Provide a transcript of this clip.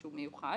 שהוא מיוחד,